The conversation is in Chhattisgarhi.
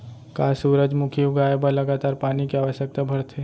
का सूरजमुखी उगाए बर लगातार पानी के आवश्यकता भरथे?